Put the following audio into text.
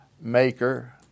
Maker